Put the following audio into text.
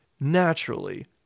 naturally